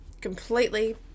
completely